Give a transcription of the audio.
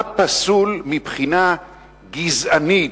מה פסול מבחינה גזענית,